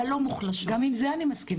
והלא מוחלשות --- גם עם זה אני מסכימה.